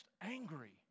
angry